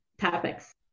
topics